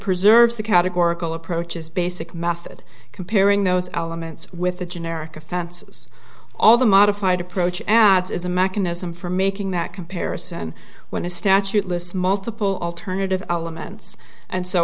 preserves the categorical approach is basic method comparing those elements with the generic offenses all the modified approach adds is a mechanism for making that comparison when a statute lists multiple alternative elements and so